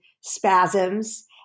spasms